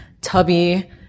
tubby